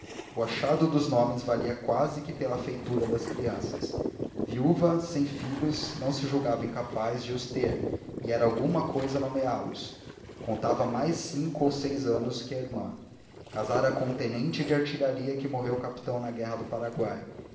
o achado dos nomes valia quase que pela feitura das crianças viúva sem filhos não se julgava incapaz de os ter e era alguma cousa nomeá los contava mais cinco ou seis anos que a irmã casara com um tenente de artilharia que morreu capitão na guerra do paraguai